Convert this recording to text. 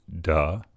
duh